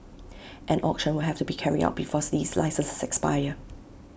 an auction will have to be carried out before these licenses expire